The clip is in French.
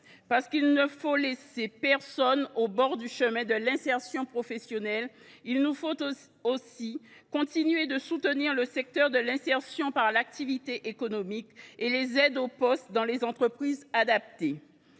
Parce qu’il ne faut laisser personne au bord du chemin de l’insertion professionnelle, il nous faut aussi continuer de soutenir le secteur de l’insertion par l’activité économique et les aides au poste dans les entreprises adaptées